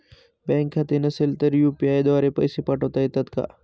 बँकेत खाते नसेल तर यू.पी.आय द्वारे पैसे पाठवता येतात का?